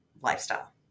lifestyle